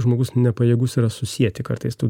žmogus nepajėgus yra susieti kartais tų